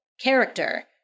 character